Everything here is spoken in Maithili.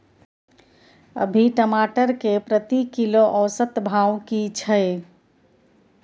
अभी टमाटर के प्रति किलो औसत भाव की छै?